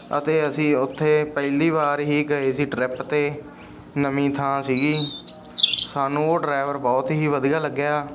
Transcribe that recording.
ਅਤੇ ਅਸੀਂ ਉੱਥੇ ਪਹਿਲੀ ਵਾਰ ਹੀ ਗਏ ਸੀ ਟਰਿਪ 'ਤੇ ਨਵੀਂ ਥਾਂ ਸੀਗੀ ਸਾਨੂੰ ਉਹ ਡਰਾਈਵਰ ਬਹੁਤ ਹੀ ਵਧੀਆ ਲੱਗਿਆ